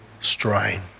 strain